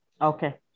Okay